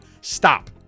Stop